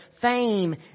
fame